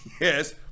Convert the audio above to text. yes